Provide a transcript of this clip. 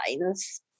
lines